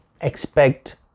expect